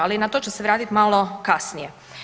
Ali na to ću se vratiti malo kasnije.